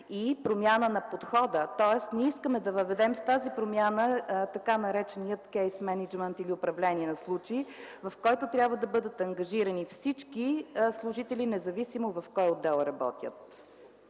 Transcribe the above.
и промяна на подхода. С тази промяна ние искаме да въведем тъй наречения кейс мениджмънт или управление на случай, в който трябва да бъдат ангажирани всички служители, независимо в кой отдел работят.